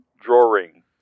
Drawing